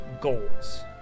Goals